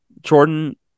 Jordan